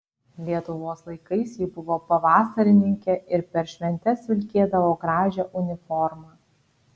lietuvos laikais ji buvo pavasarininkė ir per šventes vilkėdavo gražią uniformą